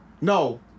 No